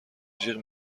جیغ